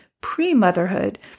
pre-motherhood